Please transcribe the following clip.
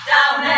Down